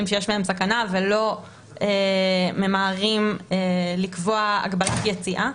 שיש בהן סכנה ולא ממהרים לקבוע הגבלת יציאה.